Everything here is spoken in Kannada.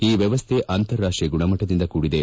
ಈ ವ್ಕವಸ್ಥೆ ಅಂತಾರಾಷ್ಟೀಯ ಗುಣಮಟ್ಟದಿಂದ ಕೂಡಿದೆ